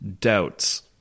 doubts